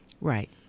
Right